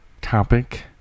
topic